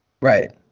Right